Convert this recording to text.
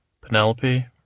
Penelope